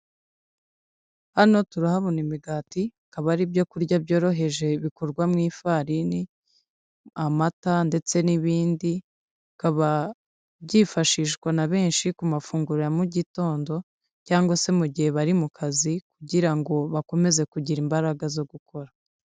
Hano turahabona imigati akaba ari ibyo kurya byoroheje bikorwa mu ifarini, amata ndetse n'ibindi. Bikaba byifashishwa na benshi ku mafunguro ya mu gitondo cyangwa se mu gihe bari mu kazi kugira ngo bakomeze kugira imbaraga zo gukora.